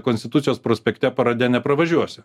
konstitucijos prospekte parade nepravažiuosi